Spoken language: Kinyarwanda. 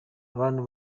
abantu